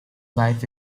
wife